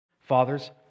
Fathers